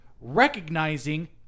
recognizing